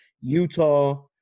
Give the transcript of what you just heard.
Utah